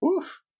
Oof